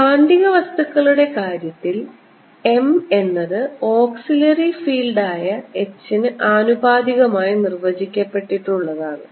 കാന്തിക വസ്തുക്കളുടെ കാര്യത്തിൽ m എന്നത് ഓക്സിലിയറി ഫീൽഡ് ആയ H ന് ആനുപാതികമായി നിർവചിക്കപ്പെട്ടിട്ടുള്ളതാണ്